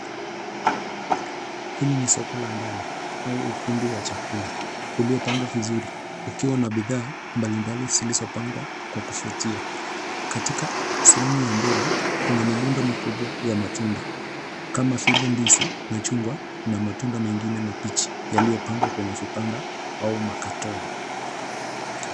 Hili ni soko la ndani au ukumbi wa chakula iliopangwa vizuri ukiwa na bidhaa mbalimbali zilizopangwa kwa kuvutia. Katika sehemu ya mbele, kuna mirundo mikubwa ya matunda kama vile ndizi, machungwa na matunda mengine mabichi yaliyopangwa kwenye vibanda au makatoni.